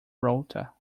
rota